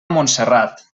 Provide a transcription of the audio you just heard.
montserrat